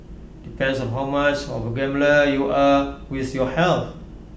depends on how much of A gambler you are with your health